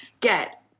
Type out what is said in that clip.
get